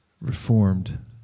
reformed